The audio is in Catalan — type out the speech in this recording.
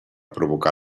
provocar